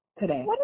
today